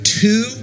two